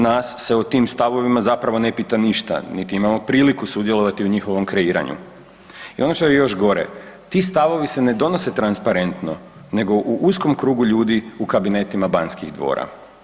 Nas se o tim stavovima zapravo ne pita ništa niti imamo priliku sudjelovati u njihovom kreiranju i ono što je još gore, ti stavovi se ne donose transparentno nego u uskom krugu ljudi u kabinetima Banskih dvora.